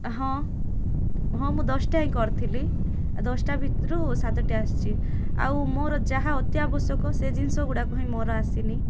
ହଁ ହଁ ମୁଁ ଦଶଟା ହିଁ କରିଥିଲି ଦଶଟା ଭିତରୁ ସାତଟିଏ ଆସିଛି ଆଉ ମୋର ଯାହା ଅତି ଆବଶ୍ୟକ ସେ ଜିନିଷ ଗୁଡ଼ାକ ହିଁ ମୋର ଆସିନି